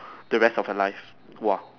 the rest of your life !wah!